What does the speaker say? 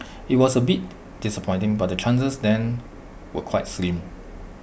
IT was A bit disappointing but the chances then were quite slim